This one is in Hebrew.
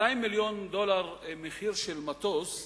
200 מיליון דולר מחיר של מטוס,